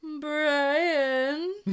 Brian